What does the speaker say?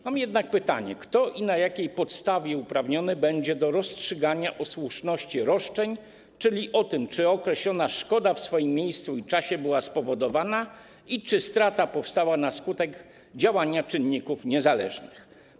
Mam jednak pytanie: Kto i na jakiej podstawie uprawniony będzie do rozstrzygania o słuszności roszczeń, czyli o tym, czy określona szkoda w danym miejscu i czasie była spowodowana i strata powstała na skutek działania czynników niezależnych?